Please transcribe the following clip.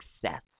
success